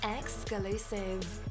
Exclusive